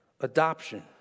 Adoption